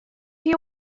you